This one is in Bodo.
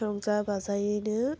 रंजा बाजायैनो